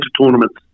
tournaments